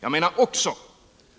Jag anser också